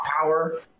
power